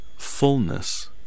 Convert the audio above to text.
fullness